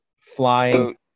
Flying